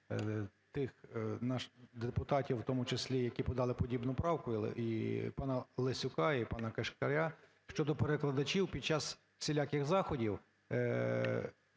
тих депутатів, в тому числі які подали подібну правку, і пана Лесюка, і пана Кишкаря, щодо перекладачів під час всіляких заходів,